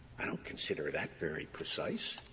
i don't consider that very precise.